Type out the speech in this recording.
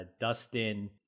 dustin